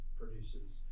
produces